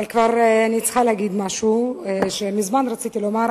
אבל כבר אני צריכה להגיד משהו שמזמן רציתי לומר.